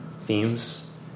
themes